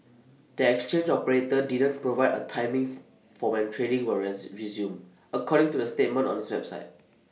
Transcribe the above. the exchange operator didn't provide A timing for when trading were as resume according to the statement on its website